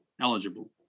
eligible